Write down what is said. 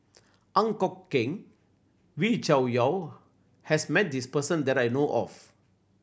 Ang Kok Peng Wee Cho Yaw has met this person that I know of